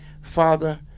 Father